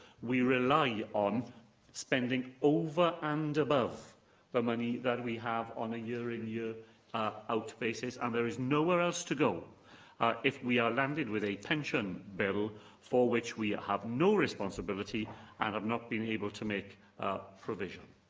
we rely on spending over and above the money that we have on a year-in, yeah ah year-out basis, and there is nowhere else to go if we are landed with a pension bill for which we have no responsibility and have not been able to make provision.